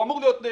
הוא אמור להיות,